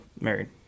married